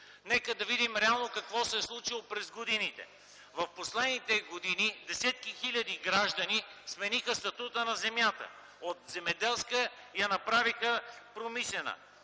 Нека да видим реално какво се е случило през годините. В последните години десетки хиляди граждани смениха статута на земята – от земеделска я направиха промишлена.